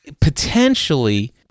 potentially